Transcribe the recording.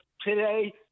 today